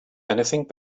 anything